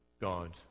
God